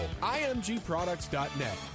IMGProducts.net